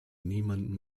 niemandem